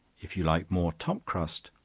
if you like more top crust,